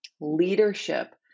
leadership